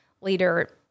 leader